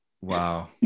wow